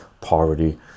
poverty